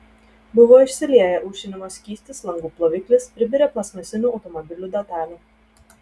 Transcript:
buvo išsilieję aušinimo skystis langų ploviklis pribirę plastmasinių automobilių detalių